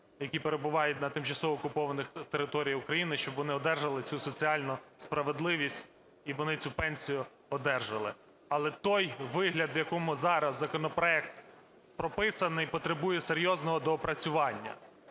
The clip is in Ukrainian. які перебувають на тимчасово окупованих територіях України, щоб вони одержали цю соціальну справедливість, і вони цю пенсію одержали. Але той вигляд, в якому зараз законопроект прописаний, потребує серйозного доопрацювання.